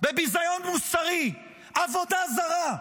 ביזיון מוסרי, עבודה זרה.